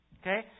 Okay